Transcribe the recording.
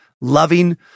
loving